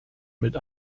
mit